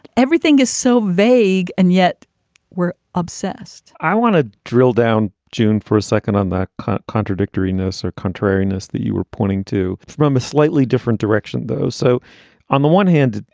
everything is so vague and yet we're obsessed i want to drill down june for a second on the contradictory noser or contrariness that you were pointing to from a slightly different direction, though. so on the one hand,